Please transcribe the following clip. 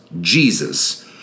Jesus